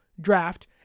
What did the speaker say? draft